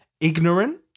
ignorant